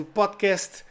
podcast